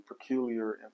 peculiar